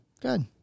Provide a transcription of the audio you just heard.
Good